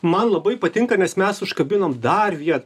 man labai patinka nes mes užkabinom dar vieną